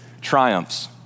triumphs